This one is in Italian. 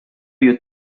you